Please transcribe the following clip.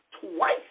twice